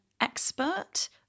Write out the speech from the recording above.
expert